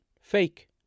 Fake